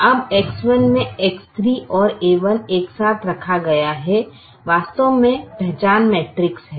अब X3 में X3 और a1 को एक साथ रखा गया है वास्तव में पहचान मैट्रिक्स है